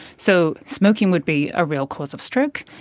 so smoking would be a real cause of stroke,